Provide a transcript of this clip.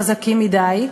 חזקים מדי,